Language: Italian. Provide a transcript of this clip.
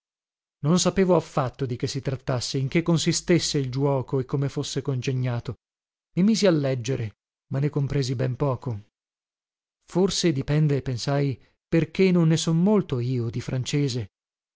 non sapevo affatto di che si trattasse in che consistesse il giuoco e come fosse congegnato i misi a leggere ma ne compresi ben poco forse dipende pensai perché non ne so molto io di francese